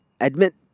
Admit